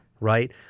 Right